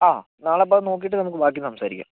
ആ നാളെ അപ്പോഴത് നോക്കിയിട്ട് നമുക്ക് ബാക്കി സംസാരിക്കാം